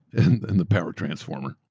and and the power transformer.